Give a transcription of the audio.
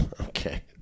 Okay